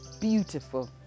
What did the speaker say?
beautiful